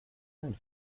and